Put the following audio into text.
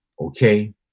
okay